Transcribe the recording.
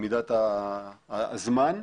במידת הזמן.